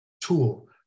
tool